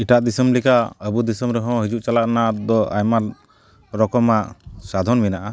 ᱮᱴᱟᱜ ᱫᱤᱥᱚᱢ ᱞᱮᱠᱟ ᱟᱵᱚ ᱫᱤᱥᱚᱢ ᱨᱮᱦᱚᱸ ᱦᱤᱡᱩᱜ ᱪᱟᱞᱟᱜ ᱨᱮᱱᱟᱜ ᱫᱚ ᱟᱭᱢᱟ ᱨᱚᱠᱚᱢᱟᱜ ᱥᱟᱫᱷᱚᱱ ᱢᱮᱱᱟᱜᱼᱟ